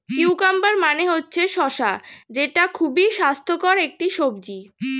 cucumber মানে হচ্ছে শসা যেটা খুবই স্বাস্থ্যকর একটি সবজি